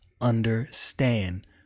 understand